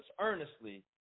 earnestly